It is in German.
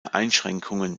einschränkungen